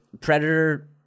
Predator –